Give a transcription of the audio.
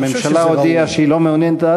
הממשלה הודיעה שהיא לא מעוניינת.